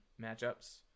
matchups